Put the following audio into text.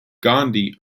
gandhi